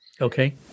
Okay